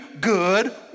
good